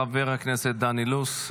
חבר הכנסת דן אילוז,